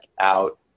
out